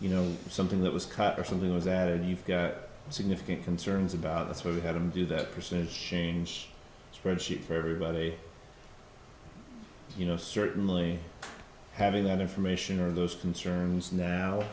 you know something that was cut or something was added you've got significant concerns about this where we had him do that percentage change spreadsheet for everybody you know certainly having that information or those concerns now